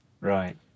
right